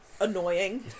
annoying